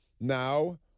Now